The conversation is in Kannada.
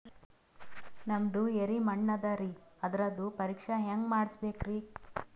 ನಮ್ದು ಎರಿ ಮಣ್ಣದರಿ, ಅದರದು ಪರೀಕ್ಷಾ ಹ್ಯಾಂಗ್ ಮಾಡಿಸ್ಬೇಕ್ರಿ?